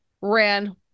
ran